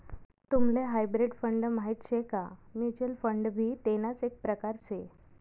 तुम्हले hybrid fund माहित शे का? म्युच्युअल फंड भी तेणाच एक प्रकार से